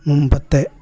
മുമ്പത്തെ